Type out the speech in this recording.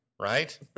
right